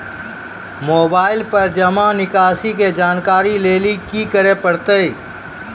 Mobile पर जमा निकासी के जानकरी लेली की करे परतै?